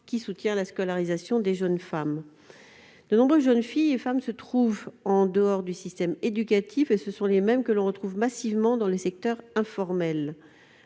qui soutient la scolarisation des jeunes femmes. De nombreuses jeunes filles et femmes sont en dehors du système éducatif, et ce sont les mêmes que l'on retrouve massivement dans le secteur informel.